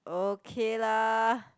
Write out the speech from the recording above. okay lah